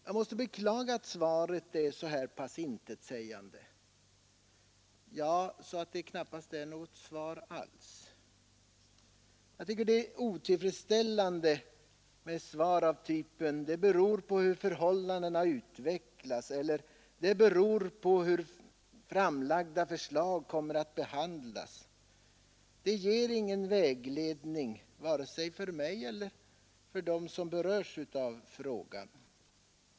Jag måste beklaga att svaret är så här pass intetsägande jaj”då intetsägande att det knappast är något svar alls. Jag tycker det är otillfredsställande med svar av typen ”det beror på hur förhållandena utvecklas” eller ”det beror på hur framlagda förslag kommer att behandlas”. Det ger ingen vägledning vare sig för mig eller för dem som berörs av frågan.